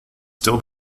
still